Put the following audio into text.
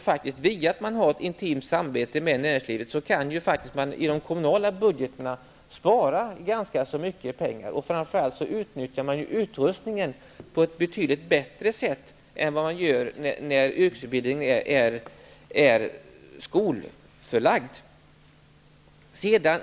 Eftersom man har ett intimt samarbete med näringslivet kan man inom den kommunala budgeten spara ganska mycket pengar. Man utnyttar framför allt utrustningen på ett betydligt bättre sätt än vad man gör när yrkesutbildningen är skolförlagd.